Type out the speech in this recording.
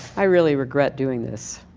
i really regret doing this.